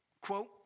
Quote